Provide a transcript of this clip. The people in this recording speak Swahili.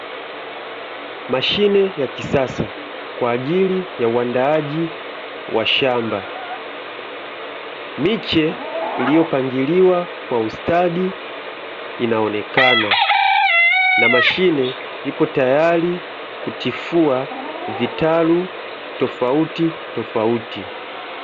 Mashine ya kisasa kwaajili ya uandaaji wa shamba, miche iliyopangiliwa kwa ustadi inaonekana, na mashine ipo tayari kutifua vitalu tofautitofauti.